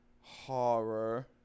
Horror